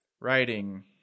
writing